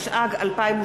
הצעה לסדר-היום,